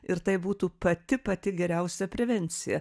ir tai būtų pati pati geriausia prevencija